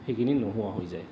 সেইখিনি নোহোৱা হৈ যায়